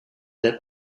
that